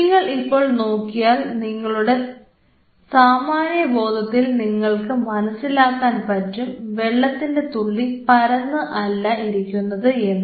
നിങ്ങൾ ഇപ്പോൾ നോക്കിയാൽ നിങ്ങളുടെ സാമാന്യ ബോധത്തിൽ നിങ്ങൾക്ക് മനസ്സിലാക്കാൻ പറ്റും വെള്ളത്തിൻറെ തുള്ളി പരന്ന് അല്ല ഇരിക്കുന്നത് എന്ന്